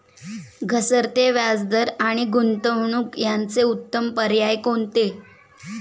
घसरते व्याजदर आणि गुंतवणूक याचे उत्तम पर्याय कोणते?